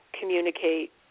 communicate